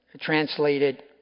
translated